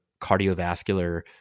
cardiovascular